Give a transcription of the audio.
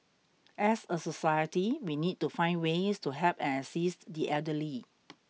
as a society we need to find ways to help and assist the elderly